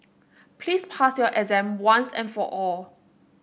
please pass your exam once and for all